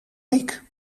nike